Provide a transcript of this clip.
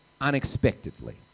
unexpectedly